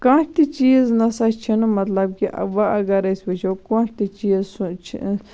کانٛہہ تہِ چیٖز نَسا چھُنہٕ مَطلَب کہ وۄنۍ اَگَر أسۍ وٕچھو کانٛہہ تہِ چیٖز سُہ چھ